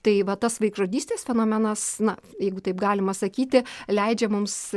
tai va tas vaikžudystės fenomenas na jeigu taip galima sakyti leidžia mums